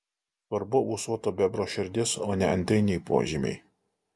svarbu ūsuoto bebro širdis o ne antriniai požymiai